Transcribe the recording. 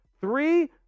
three